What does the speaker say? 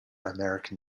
american